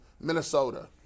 Minnesota